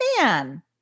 man